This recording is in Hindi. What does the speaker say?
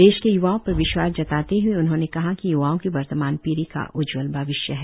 देश के य्वाओं पर विश्वास जताते हुए उन्होंने कहा कि य्वाओं की वर्तमान पीढ़ी का उज्जवल भविष्य है